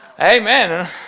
Amen